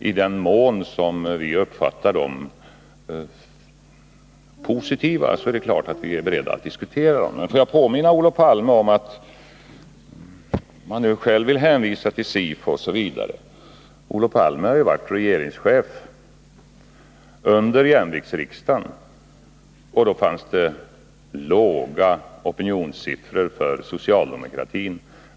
I den mån vi uppfattar dem såsom positiva, är det klart att vi är beredda att diskutera dem. Men får jag, när Olof Palme nu själv hänvisar till SIFO, påminna honom om att han var regeringschef under jämviktsriksdagen. Då var socialdemokratins opinionssiffror låga.